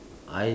I